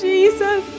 Jesus